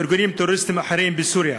וארגונים טרוריסטיים אחרים בסוריה.